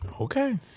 Okay